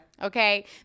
Okay